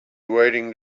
waiting